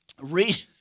read